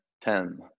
ten